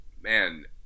Man